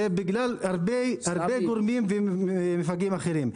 זה בגלל הרבה גורמים ומפגעים אחרים.